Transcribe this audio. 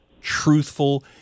truthful